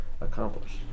accomplished